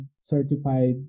certified